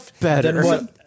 better